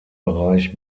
bereich